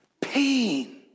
pain